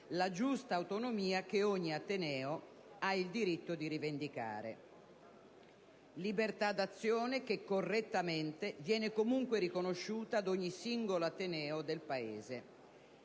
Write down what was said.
la giusta autonomia che ogni ateneo ha il diritto di rivendicare; libertà d'azione che, correttamente, viene comunque riconosciuta ad ogni singolo ateneo del Paese.